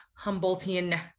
Humboldtian